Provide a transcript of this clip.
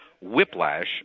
whiplash